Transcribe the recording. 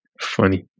Funny